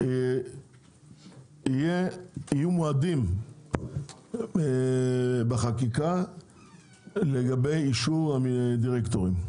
יהיו מועדים בחקיקה לגבי אישור הדירקטורים.